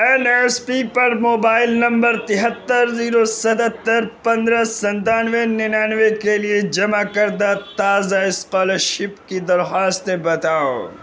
N S P پر mobile number تہتر zero ستتر پندرہ ستانوے ننانوے کے لیے جمع کردہ تازہ اسکالر شپ کی درخواستیں بتاؤ